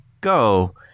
go